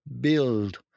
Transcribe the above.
build